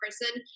person